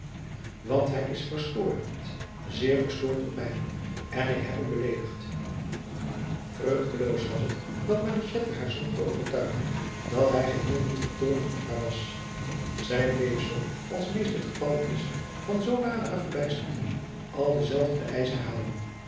want hij is verstoord zeer verstoord op mij en ik heb hem beleedigd vruchteloos was het dat manichetti haar zocht te overtuigen dat hij geheel niet vertoornd op haar was zij bleef zoo als meest het geval is van zoodanige verbijsterden al denzelfden eisch herhalen